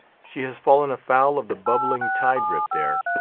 she has fallen afoul of the bubbling tide-rip there.